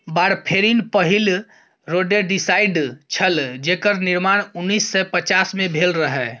warfarin पहिल rodenticide छल जेकर निर्माण उन्नैस सय पचास मे भेल रहय